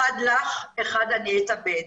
אחד לך, אחד אני אתאבד.